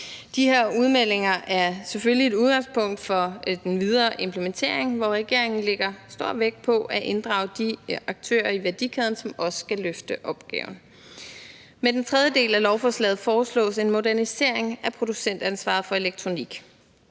De her udmeldinger er selvfølgelig et udgangspunkt for den videre implementering, hvor regeringen lægger stor vægt på at inddrage de aktører i værdikæden, som også skal løfte opgaven. Med den tredje del af lovforslaget foreslås en modernisering af producentansvaret for elektronik.